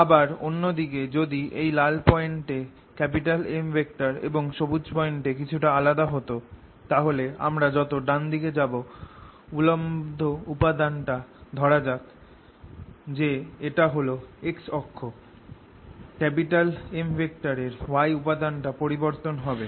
আবার অন্য দিকে যদি এই লাল পয়েন্টএ M এবং সবুজ পয়েন্ট এ কিছুটা আলাদা হত তাহলে আমরা যত ডান দিকে যাব উল্লম্ব উপাদান টা ধরা যাক যে এটা হল x অক্ষ M এর y উপাদান টা পরিবর্তন হবে